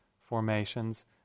formations